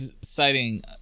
citing